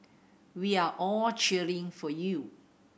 we are all cheering for you